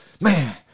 man